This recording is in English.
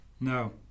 No